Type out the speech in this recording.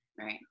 right